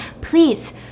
Please